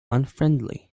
unfriendly